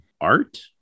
art